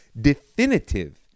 definitive